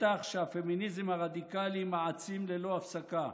מתח שהפמיניזם הרדיקלי מעצים ללא הפסקה.